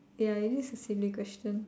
ya it is a silly question